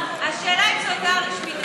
השאלה אם זו הודעה רשמית.